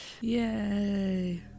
Yay